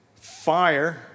fire